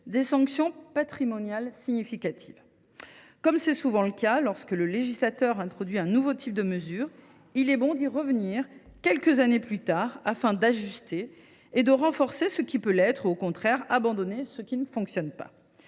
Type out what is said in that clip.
des sanctions patrimoniales significatives. Comme souvent, lorsque le législateur introduit de nouvelles mesures, il est bon d’y revenir quelques années plus tard afin d’ajuster et de renforcer certaines d’entre elles ou, au contraire, d’abandonner celles qui ne fonctionnent pas.